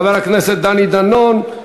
חבר הכנסת דני דנון,